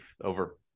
over